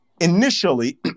initially